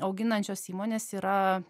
auginančios įmonės yra